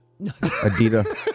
Adidas